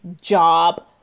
job